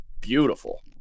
beautiful